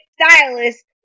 stylist